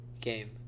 game